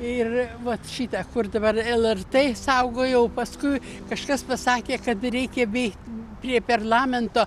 ir vat šitą kur dabar lrt saugojau paskui kažkas pasakė kad reikia bėg prie perlamento